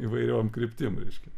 įvairiom kryptim reiškia